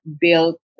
built